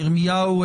ירמיהו,